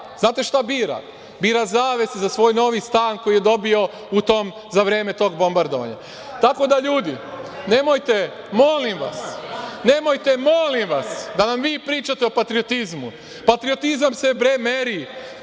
znate šta bira? Bira zavese za svoj novi stan, koji je dobio za vreme tog bombardovanja. Tako da, ljudi, nemojte, molim vas, da nam vi pričate o patriotizmu. Patriotizam se, bre, meri,